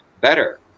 better